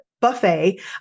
buffet